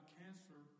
cancer